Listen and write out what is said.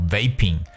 Vaping